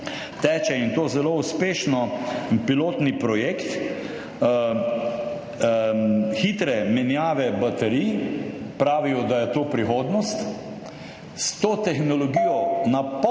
teče, in to zelo uspešno, pilotni projekt hitre menjave baterij. Pravijo, da je to prihodnost. S to tehnologijo